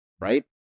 right